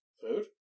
food